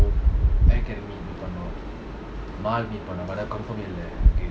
so academy